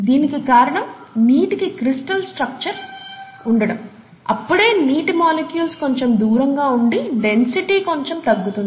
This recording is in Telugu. దీనికి కారణం నీటికి క్రిస్టల్ స్ట్రక్చర్ ఉండాలి అప్పుడే నీటి మాలిక్యూల్స్ కొంచెం దూరంగా ఉండి డెన్సిటీ కొంచెం తగ్గుతుంది